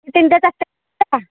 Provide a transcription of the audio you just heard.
ତିନିଟା ଚାରିଟା ଯିବା